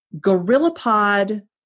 Gorillapod